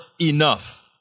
enough